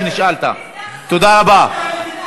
תודה רבה,